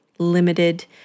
limited